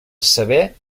saber